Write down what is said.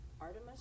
Artemis